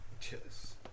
cheers